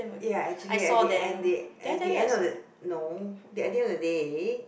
ya actually at the end the at the end of no at the end of the day